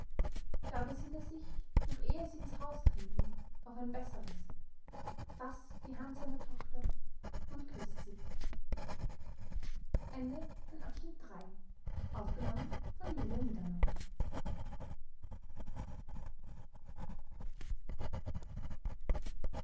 da besinnt er sich noch ehe sie ins haus treten auf ein besseres faßt die hand seiner tochter und küßt sie